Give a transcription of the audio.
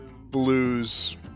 blues